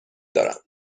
دارم